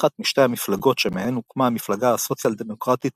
אחת משתי המפלגות שמהן הוקמה המפלגה הסוציאל-דמוקרטית